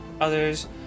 Others